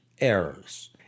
errors